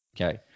Okay